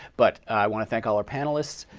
but i want to thank all our panelists,